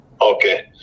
Okay